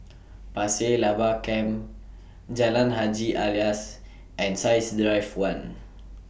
Pasir Laba Camp Jalan Haji Alias and Science Drive one